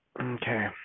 Okay